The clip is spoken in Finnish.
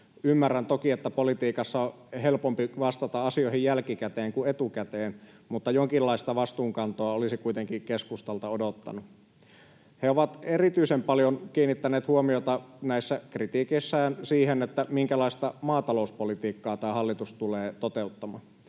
Ymmärrän toki, että politiikassa on helpompi vastata asioihin jälkikäteen kuin etukäteen, mutta jonkinlaista vastuunkantoa olisi kuitenkin keskustalta odottanut. He ovat erityisen paljon kiinnittäneet huomiota näissä kritiikeissään siihen, minkälaista maatalouspolitiikkaa tämä hallitus tulee toteuttamaan.